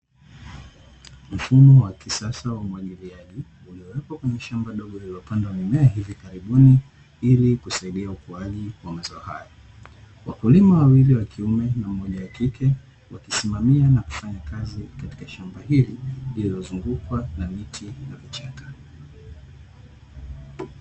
Mfumo wa kisasa wa umwagiliaji, uliowekwa kwenye shamba dogo lililopandwa mimea hivi karibuni ili kusaidia ukuaji wa mazao haya. Wakulima wawili wa kiume na mmoja wa kike, wakisimamia na kufanya kazi katika shamba hili, lililozungukwa na miti na vichaka.